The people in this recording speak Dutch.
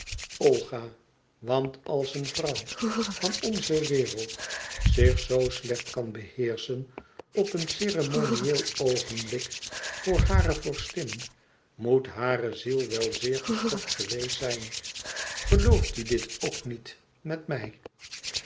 olga want als een vrouw van onze wereld zich zo slecht kan beheerschen op een ceremonieel oogenblik voor hare vorstin moet hare ziel wel zeer geschokt geweest zijn gelooft u dit ook niet met mij